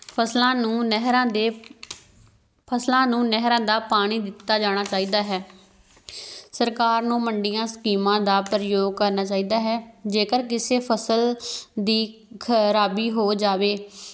ਫਸਲਾਂ ਨੂੰ ਨਹਿਰਾਂ ਦੇ ਫਸਲਾਂ ਨੂੰ ਨਹਿਰਾਂ ਦਾ ਪਾਣੀ ਦਿੱਤਾ ਜਾਣਾ ਚਾਹੀਦਾ ਹੈ ਸਰਕਾਰ ਨੂੰ ਮੰਡੀਆਂ ਸਕੀਮਾਂ ਦਾ ਪ੍ਰਯੋਗ ਕਰਨਾ ਚਾਹੀਦਾ ਹੈ ਜੇਕਰ ਕਿਸੇ ਫਸਲ ਦੀ ਖਰਾਬੀ ਹੋ ਜਾਵੇ